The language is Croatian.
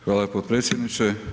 Hvala potpredsjedniče.